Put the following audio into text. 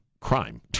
crime